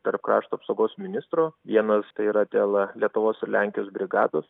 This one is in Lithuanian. tarp krašto apsaugos ministro vienas tai yra dėl lietuvos lenkijos brigados